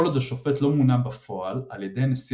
כל עוד השופט לא מונה בפועל על ידי נשיא